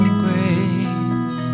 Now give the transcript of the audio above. grace